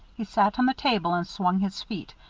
he sat on the table, and swung his feet,